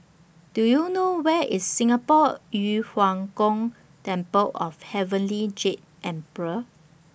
Do YOU know Where IS Singapore Yu Huang Gong Temple of Heavenly Jade Emperor